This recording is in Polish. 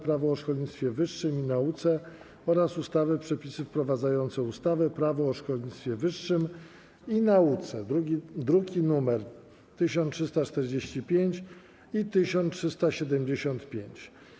Prawo o szkolnictwie wyższym i nauce oraz ustawy - Przepisy wprowadzające ustawę - Prawo o szkolnictwie wyższym i nauce (druki nr 1345 i 1375)